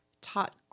taught